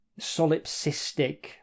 solipsistic